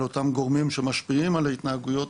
אותם גורמים שמשפיעים על ההתנהגויות,